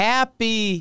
Happy